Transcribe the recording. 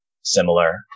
similar